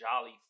jolly